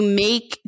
make